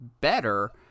better